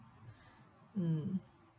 mm